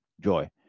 joy